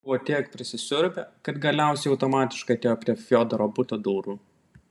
buvo tiek prisisiurbę kad galiausiai automatiškai atėjo prie fiodoro buto durų